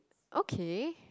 okay